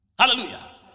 Hallelujah